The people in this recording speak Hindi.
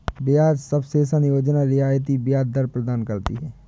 ब्याज सबवेंशन योजना रियायती ब्याज दर प्रदान करती है